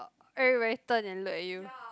everybody turn and look at you